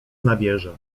nabierze